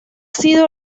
sido